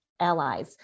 allies